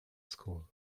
school